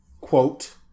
Quote